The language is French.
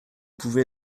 pouvez